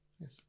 Yes